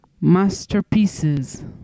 Masterpieces